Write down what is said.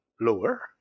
lower